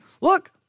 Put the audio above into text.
look